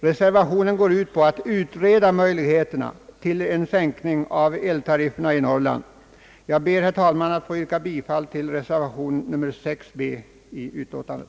Reservationen går ut på att man skall utreda möjligheterna att sänka vattenfallsverkets = eltariffer i Norrland. Jag ber, herr talman, att få yrka bifall till reservationen b i utskottsutlåtandet.